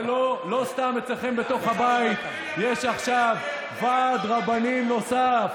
ולא סתם אצלכם בתוך הבית יש עכשיו ועד רבנים נוסף,